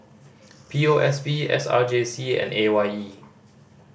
P O S B S R J C and A Y E